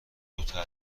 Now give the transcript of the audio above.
دوتا